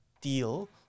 deal